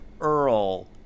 Earl